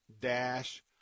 dash